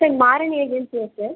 sir Maran ஏஜென்சியா sir